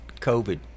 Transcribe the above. COVID